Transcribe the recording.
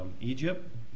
Egypt